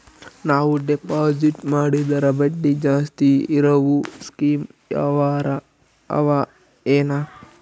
ನಾವು ಡೆಪಾಜಿಟ್ ಮಾಡಿದರ ಬಡ್ಡಿ ಜಾಸ್ತಿ ಇರವು ಸ್ಕೀಮ ಯಾವಾರ ಅವ ಏನ?